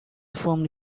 formed